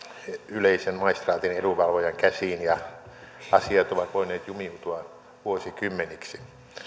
yleisen maistraatin edunvalvojan käsiin ja asiat ovat voineet jumiutua vuosikymmeniksi